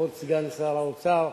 כבוד סגן שר האוצר,